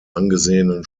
angesehenen